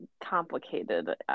complicated